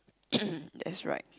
that's right